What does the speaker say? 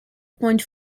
point